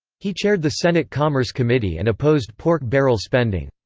he chaired the senate commerce committee and opposed pork barrel spending.